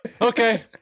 Okay